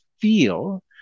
feel